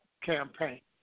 campaign